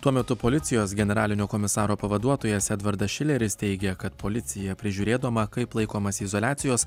tuo metu policijos generalinio komisaro pavaduotojas edvardas šileris teigia kad policija prižiūrėdama kaip laikomasi izoliacijos